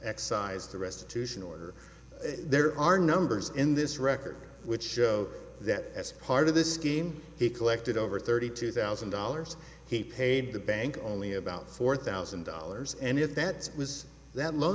xcise the restitution or there are numbers in this record which show that as part of this scheme he collected over thirty two thousand dollars he paid the bank only about four thousand dollars and if that was that lo